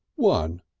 one!